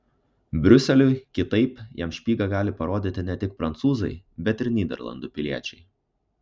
briuseliui kitaip jam špygą gali parodyti ne tik prancūzai bet ir nyderlandų piliečiai